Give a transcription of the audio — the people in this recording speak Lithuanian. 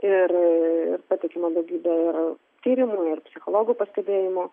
ir pateikiama daugybė tyrimų ir psichologų pastebėjimų